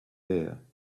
there